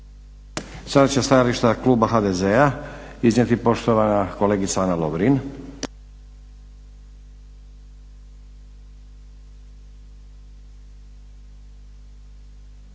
Sada će stajališta kluba HDZ-a iznijeti poštovana kolegica Ana Lovrin.